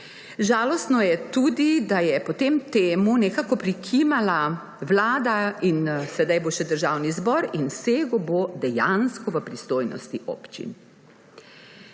Žalostno je tudi, da je potem temu nekako prikimala vlada in sedaj bo še državni zbor in segel bo dejansko v pristojnosti občin.